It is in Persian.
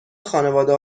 خانواده